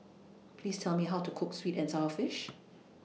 Please Tell Me How to Cook Sweet and Sour Fish